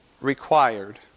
required